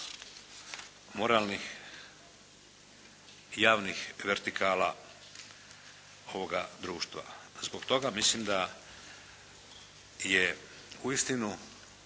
moralnih javnih vertikala ovoga društva. Zbog toga mislim da je uistinu